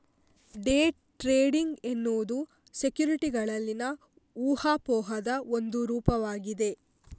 day trading ಎನ್ನುವುದು ಸೆಕ್ಯುರಿಟಿಗಳಲ್ಲಿನ ಊಹಾಪೋಹದ ಒಂದು ರೂಪವಾಗಿದೆ